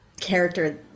character